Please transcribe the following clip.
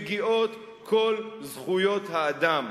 מגיעות להם כל זכויות האדם.